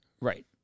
Right